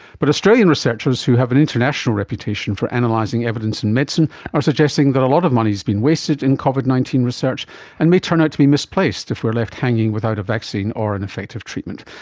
but australian researchers who have an international reputation for analysing evidence in medicine are suggesting that a lot of money is being wasted in covid nineteen research and may turn out to be misplaced if we are left hanging without a vaccine or an effective treatment.